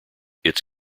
its